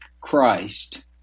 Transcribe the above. Christ